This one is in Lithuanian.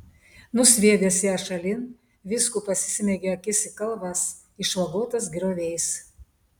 nusviedęs ją šalin vyskupas įsmeigė akis į kalvas išvagotas grioviais